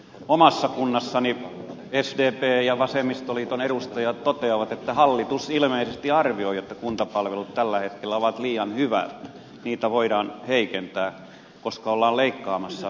omassa kunnassani sdp ja vasemmistoliiton edustajat toteavat että hallitus ilmeisesti arvioi että kuntapalvelut tällä hetkellä ovat liian hyvät niitä voidaan heikentää koska ollaan leikkaamassa valtionosuuksia